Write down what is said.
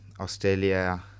australia